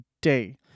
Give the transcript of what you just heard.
day